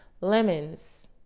Lemons